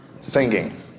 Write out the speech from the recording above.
singing